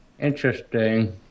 Interesting